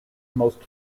most